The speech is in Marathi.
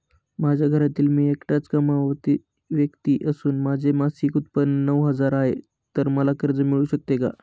माझ्या घरातील मी एकटाच कमावती व्यक्ती असून माझे मासिक उत्त्पन्न नऊ हजार आहे, तर मला कर्ज मिळू शकते का?